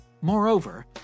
Moreover